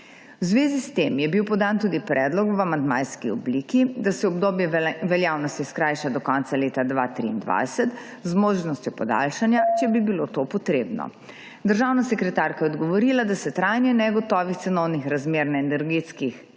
V zvezi s tem je bil podan tudi predlog v amandmajski obliki, da se obdobje veljavnosti skrajša do konca leta 2023, z možnostjo podaljšanja, če bi bilo to potrebno. Državna sekretarka je odgovorila, da se trajanje negotovih cenovnih razmer na energetskih